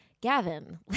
Gavin